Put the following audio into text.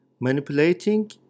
manipulating